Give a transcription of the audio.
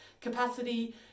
capacity